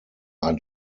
are